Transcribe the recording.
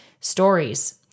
stories